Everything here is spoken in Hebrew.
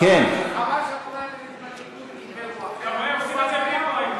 חבל שהפריימריז בליכוד נגמרו,